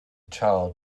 child